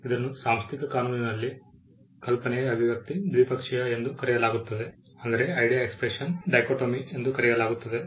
ಇದನ್ನು ಸಾಂಸ್ಥಿಕ ಕಾನೂನಿನಲ್ಲಿ ಕಲ್ಪನೆ ಅಭಿವ್ಯಕ್ತಿ ದ್ವಿಪಕ್ಷೀಯ ಎಂದು ಕರೆಯಲಾಗುತ್ತದೆ